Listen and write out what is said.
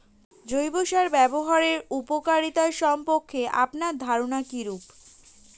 জৈব সার ব্যাবহারের উপকারিতা সম্পর্কে আপনার ধারনা কীরূপ?